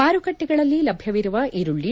ಮಾರುಕಟ್ಟೆಗಳಲ್ಲಿ ಲಭ್ಯವಿರುವ ಈರುಳ್ಳಿ